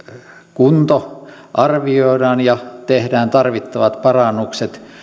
kunto arvioidaan ja tehdään tarvittavat parannukset